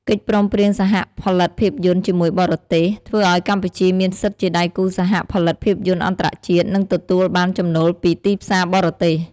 កិច្ចព្រមព្រៀងសហផលិតភាពយន្តជាមួយបរទេស ធ្វើឱ្យកម្ពុជាមានសិទ្ធិជាដៃគូសហផលិតភាពយន្តអន្តរជាតិ និងទទួលបានចំណូលពីទីផ្សារបរទេស។